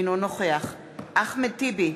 אינו נוכח אחמד טיבי,